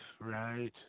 right